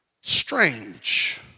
strange